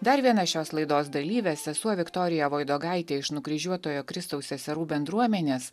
dar viena šios laidos dalyvė sesuo viktorija voidogaitė iš nukryžiuotojo kristaus seserų bendruomenės